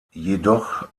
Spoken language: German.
jedoch